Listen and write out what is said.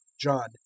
John